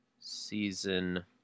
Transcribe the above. Season